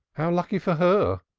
how lucky for her,